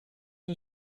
een